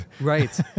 Right